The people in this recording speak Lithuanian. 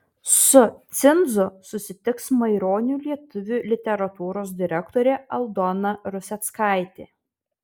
su cinzu susitiks maironio lietuvių literatūros direktorė aldona ruseckaitė